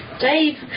dave